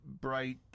bright